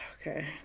okay